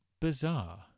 bizarre